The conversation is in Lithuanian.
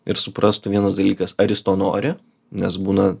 ir suprastų vienas dalykas ar jis to nori nes būna